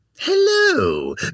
Hello